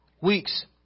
weeks